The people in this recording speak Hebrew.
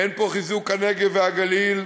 אין פה חיזוק הנגב והגליל,